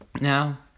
Now